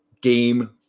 game